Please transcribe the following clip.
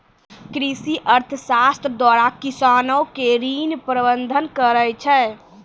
कृषि अर्थशास्त्र द्वारा किसानो के ऋण प्रबंध करै छै